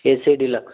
AC deluxe